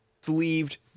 sleeved